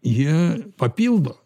jie papildo